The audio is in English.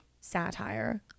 satire